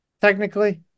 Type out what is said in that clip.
technically